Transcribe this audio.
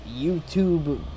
YouTube